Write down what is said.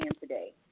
today